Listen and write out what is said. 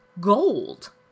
gold